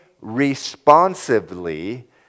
responsively